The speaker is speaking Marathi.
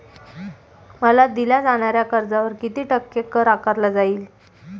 मला दिल्या जाणाऱ्या कर्जावर किती टक्के कर आकारला जाईल?